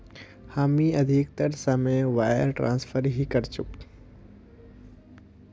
हामी अधिकतर समय वायर ट्रांसफरत ही करचकु